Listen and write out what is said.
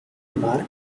mark